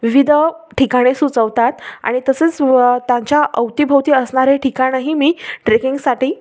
विविध ठिकाणे सुचवतात आणि तसेच व त्यांच्या अवतीभवती असणारे ठिकाणंही मी ट्रेकिंगसाठी